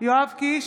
יואב קיש,